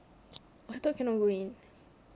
I thought cannot go in